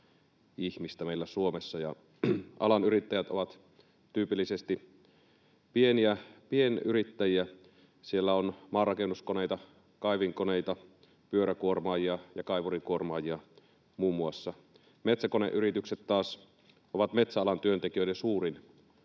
ihmistä meillä Suomessa, ja alan yrittäjät ovat tyypillisesti pienyrittäjiä. Siellä on muun muassa maanrakennuskoneita, kaivinkoneita, pyöräkuormaajia ja kaivurikuormaajia. Metsäkoneyritykset taas ovat metsäalan työntekijöiden suurin